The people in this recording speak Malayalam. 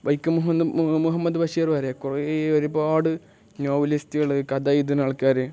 വൈക്കം മുഹ മുഹമ്മദ് ബഷീർ വരെ കുറേ ഒരുപാട് നോവലിസ്റ്റുകൾ കഥ എഴുതുന്ന ആൾക്കാർ